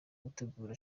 gutegura